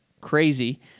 crazy